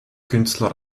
künstler